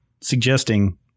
suggesting